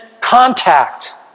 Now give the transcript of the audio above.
contact